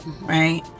right